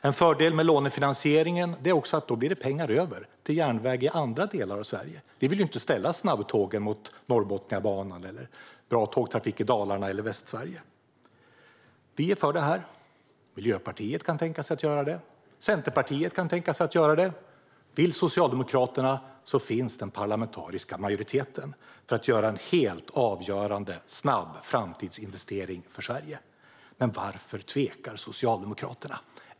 En fördel med lånefinansieringen är att det blir pengar över till järnväg i andra delar av Sverige. Vi vill inte ställa snabbtågen mot Norrbotniabanan eller bra tågtrafik i Dalarna eller Västsverige. Vi är för detta. Miljöpartiet kan tänka sig att göra det, och Centerpartiet kan tänka sig att göra det. Vill Socialdemokraterna så finns den parlamentariska majoriteten för att göra en helt avgörande, snabb framtidsinvestering för Sverige. Varför tvekar Socialdemokraterna?